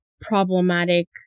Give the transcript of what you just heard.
problematic